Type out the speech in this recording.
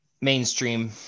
mainstream –